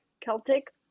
Celtic